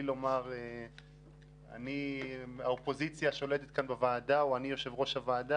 לומר שהאופוזיציה שולטת בוועדה או אני יושב ראש הוועדה.